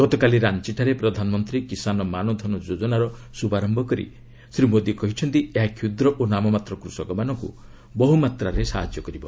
ଗତକାଲି ରାଞ୍ଚ୍ଚିଠାରେ ପ୍ରଧାନମନ୍ତ୍ରୀ କିଷାନ ମାନ ଧନ ଯୋଚ୍ଚନାର ଶୁଭାରର୍ଚ୍ଚ କରି ଶ୍ରୀ ମୋଦି କହିଛନ୍ତି ଏହା କ୍ଷୁଦ୍ର ଓ ନାମମାତ୍ର କୃଷକମାନଙ୍କୁ ବହୁମାତ୍ରାରେ ସାହାଯ୍ୟ କରିବ